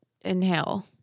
inhale